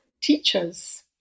teachers